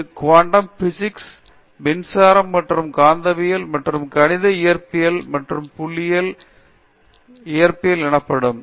அது quantum physics மின்சாரம் மற்றும் காந்தவியல் மற்றும் கணித இயற்பியல் மற்றும் புள்ளியியல் இயற்பியல் எனப்படும்